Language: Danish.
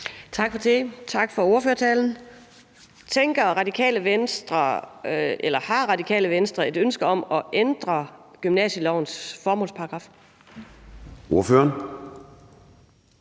Tak for det, og tak for ordførertalen. Har Radikale Venstre et ønske om at ændre gymnasielovens formålsparagraf? Kl.